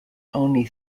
only